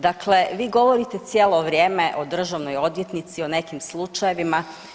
Dakle, vi govorite cijelo vrijeme o državnoj odvjetnici, o nekim slučajevima.